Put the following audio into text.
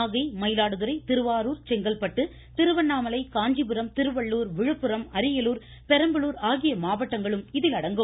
நாகை மயிலாடுதுறை திருவாரூர் செங்கல்பட்டு காஞ்சிபுரம் திருவண்ணாமலை திருவள்ளுர் விழுப்புரம் அரியலூர் பெரம்பலூர் ஆகிய மாவட்டங்களும் இதில் அடங்கும்